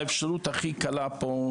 האפשרות הכי קלה פה,